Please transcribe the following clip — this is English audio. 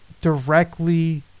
directly